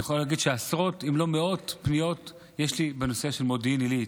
ואני יכול להגיד שיש לי עשרות אם לא מאות פניות בנושא של מודיעין עילית.